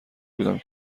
بودم